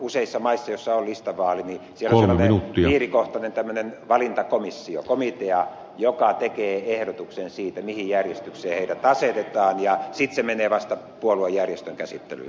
useissa maissa joissa on listavaali on piirikohtainen valintakomitea joka tekee ehdotuksen siitä mihin järjestykseen ehdokkaat asetetaan ja sitten se menee vasta puoluejärjestön käsittelyyn